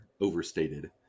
overstated